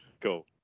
Cool